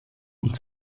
und